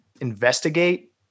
investigate